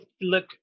look